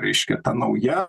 reiškia ta nauja